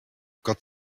gott